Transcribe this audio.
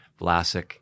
Vlasic